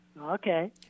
Okay